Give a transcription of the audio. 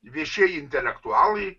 viešieji intelektualai